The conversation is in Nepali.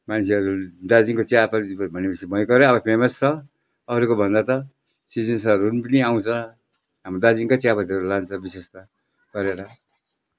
मान्छेहरूले दार्जिलिङको चियापत्ती भने पछि भयङ्कर अब फेमस छ अरूको भन्दा त चिजबिजहरू पनि आउँछ हाम्रो दार्जिलिङको चियापत्तीहरू लान्छ विशेष त गरेर